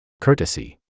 courtesy